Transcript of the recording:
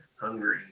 Hungry